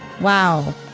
Wow